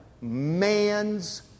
man's